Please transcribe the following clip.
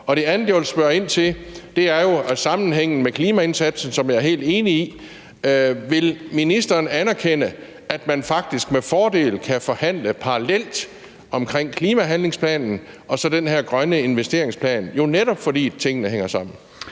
Det andet, jeg vil spørge ind til, er jo sammenhængen med klimaindsatsen, som jeg er helt enig i. Vil ministeren anerkende, at man faktisk med fordel kan forhandle parallelt om klimahandlingsplanen og så den her grønne investeringsplan, fordi tingene jo netop hænger sammen?